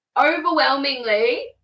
overwhelmingly